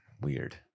weird